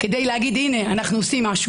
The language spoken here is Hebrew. אם זה עניין עקרוני, מה זה קשור למשא ומתן?